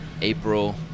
april